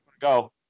go